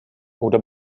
oder